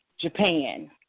Japan